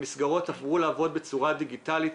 מסגרות עברו לעבוד בצורה דיגיטאלית.